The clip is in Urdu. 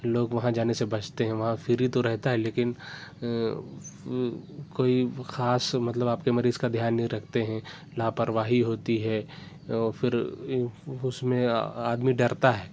لوگ وہاں جانے سے بچتے ہیں وہاں پھری تو رہتا ہے لیکن کوئی خاص مطلب آپ کے مریض کا دھیان نہیں رکھتے ہیں لاپرواہی ہوتی ہے اور پھر اُس میں آدمی ڈرتا ہے